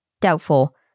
doubtful